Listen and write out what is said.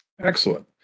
Excellent